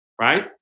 right